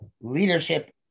leadership